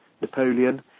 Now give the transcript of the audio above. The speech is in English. Napoleon